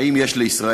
האם יש לישראל